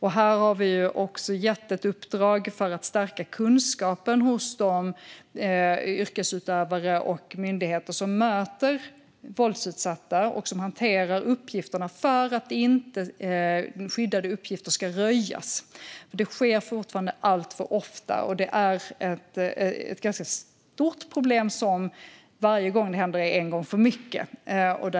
Här har vi gett ett uppdrag för att stärka kunskapen hos de yrkesutövare och myndigheter som möter våldsutsatta och hanterar uppgifterna för att skyddade uppgifter inte ska röjas. Det sker fortfarande alltför ofta, och det är ett stort problem. Varje gång det händer är en gång för mycket.